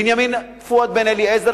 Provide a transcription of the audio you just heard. בנימין-פואד בן-אליעזר,